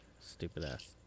Stupid-ass